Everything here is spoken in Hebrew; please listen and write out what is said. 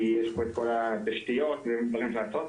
כי יש פה את כל התשתיות ועוד דברים לעשות.